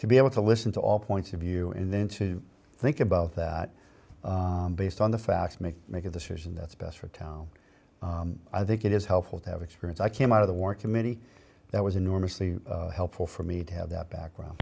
to be able to listen to all points of view and then to think about that based on the facts make make a decision that's best for tao i think it is helpful to have experience i came out of the war committee that was enormously helpful for me to have that background